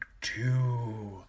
two